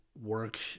work